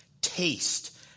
taste